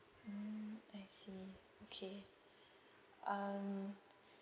mm I see okay um